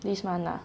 this month lah